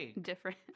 different